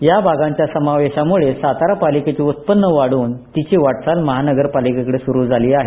या भागांच्या समावेशामुळे सातारा पालिकेचे उत्पन्न वाढून तीची वाटचाल महानगरपालिकेकडे सुरू झाली आहे